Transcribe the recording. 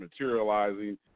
materializing